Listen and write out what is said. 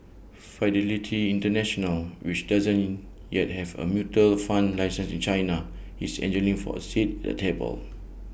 fidelity International which doesn't yet have A mutual fund license in China is angling for A seat at the table